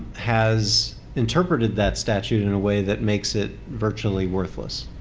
has interpreted that statute in and a way that makes it virtually worthless.